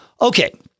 Okay